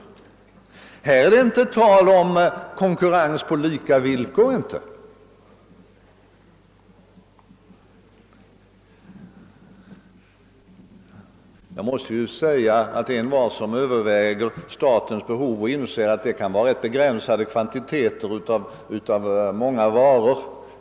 Här är det sannerligen inte tal om konkurrens på lika villkor! Envar som tänker över saken inser att det kan röra sig om rätt begränsade kvantiteter av många varor.